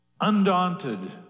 undaunted